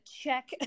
check